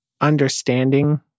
understanding